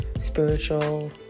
spiritual